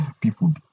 people